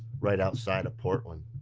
right outside of portland,